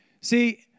See